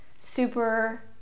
super